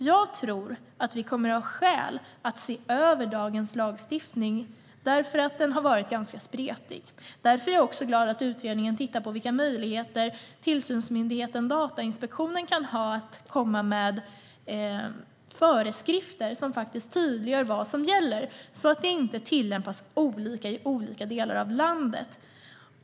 Jag tror att det kommer att finnas skäl att se över dagens lagstiftning. Den har nämligen varit ganska spretig. Därför är jag också glad över att utredningen tittar på vilka möjligheter tillsynsmyndigheten Datainspektionen kan ha för att komma med föreskrifter som tydliggör vad som gäller, så att det inte tillämpas på olika sätt i olika delar av landet.